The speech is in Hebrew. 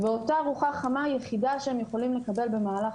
ואותה ארוחה חמה יחידה שהם יכולים לקבל במהלך